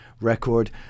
record